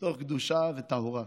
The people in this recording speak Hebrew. מתוך קדושה וטוהרה.